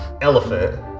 elephant